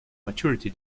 maturity